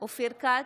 אופיר כץ,